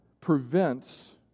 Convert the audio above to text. prevents